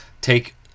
take